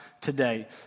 today